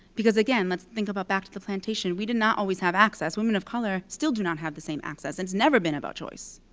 because again, let's think about back to the plantation. we did not always have access. women of color still do not have the same access, and it's never been about choice.